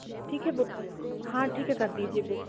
ठीक है बुक कर हाँ ठीक है कर दीजिए बुक